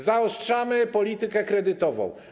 Zaostrzamy politykę kredytową.